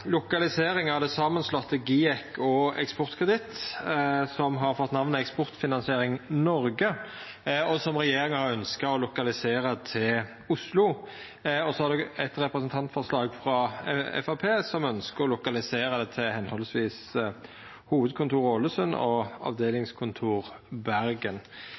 lokalisering av det samanslåtte GIEK og Eksportkreditt, som har fått namnet Eksportfinansiering Norge, og som regjeringa ønskjer å lokalisera til Oslo. Dette er eit representantforslag frå Framstegspartiet der ein ønskjer å lokalisera hovudkontor og avdelingskontor til høvesvis Ålesund og Bergen.